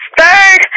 Third